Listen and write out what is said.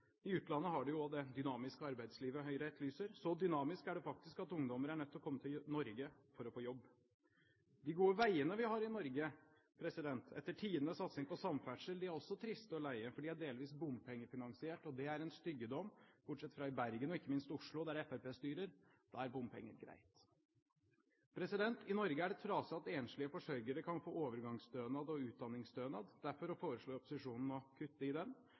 I utlandet har de jo også det dynamiske arbeidslivet som Høyre etterlyser, så dynamisk er det faktisk at ungdommer er nødt til å komme til Norge for å få jobb. De gode veiene vi har i Norge, etter tidenes satsing på samferdsel, er også triste og leie, for de er delvis bompengefinansiert, og det er en styggedom – bortsett fra i Bergen og ikke minst i Oslo, der Fremskrittspartiet styrer; da er bompenger greit. I Norge er det trasig at enslige forsørgere kan få overgangsstønad og utdanningsstønad. Derfor foreslår opposisjonen å kutte i